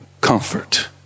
comfort